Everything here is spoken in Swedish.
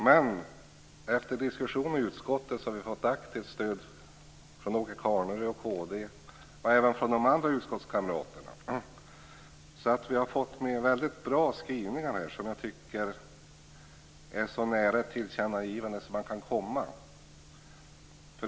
Men efter diskussioner i utskottet där vi fått aktivt stöd från Åke Carnerö och kd och även från de andra utskottskamraterna har vi fått med väldigt bra skrivningar. Jag tycker att de är så nära ett tillkännagivande som man kan komma.